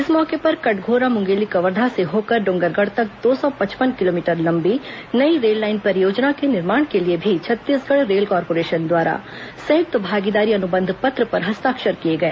इस मौके पर कटघोरा मुंगेली कवर्धा से होकर डोंगरगढ़ तक दो सौ पचपन किलोमीटर लंबी नई रेललाइन परियोजना के निर्माण के लिए भी छत्तीसगढ़ रेल कार्परेशन द्वारा संयुक्त भागीदारी अनुबंध पत्र पर हस्ताक्षर किए गए